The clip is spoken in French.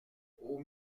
aux